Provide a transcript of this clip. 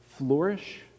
flourish